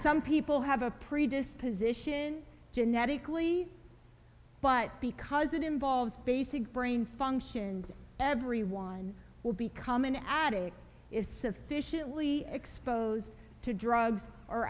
some people have a predisposition genetically but because it involves basic brain functions everyone will become an addict is sufficiently exposed to drugs or